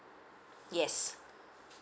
yes